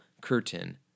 curtain